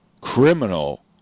criminal